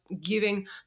giving